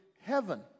heaven